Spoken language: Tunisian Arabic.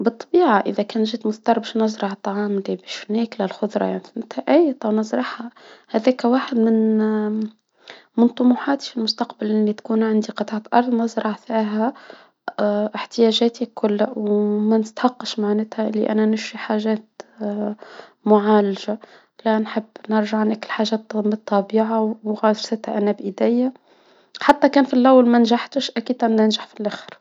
بالطبيعة إذا كان جد مضطر باش نزرع الطعام للخضروات نتايجها هداكا واحد من من طموحات المستقبل اني تكون عندي قطعة ارض مزرعة فيها احتياجاتي كلها وما نستحقش معناتها لي أنا نشري حاجات معالجة نحب نرجع ناكل حاجات الطبيعة أنا بايديا، حتى كان في الاول مانجحتش أكيد اني نجحت فلخر.